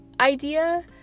idea